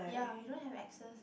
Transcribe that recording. ya we don't have axes